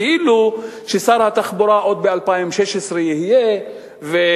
כאילו שר התחבורה עוד יהיה ב-2016,